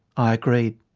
i agreed.